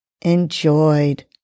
enjoyed